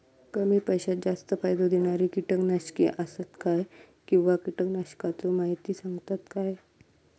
कमी पैशात जास्त फायदो दिणारी किटकनाशके आसत काय किंवा कीटकनाशकाचो माहिती सांगतात काय?